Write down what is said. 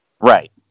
Right